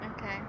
Okay